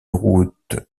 route